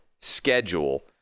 schedule